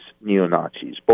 neo-Nazis